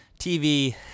tv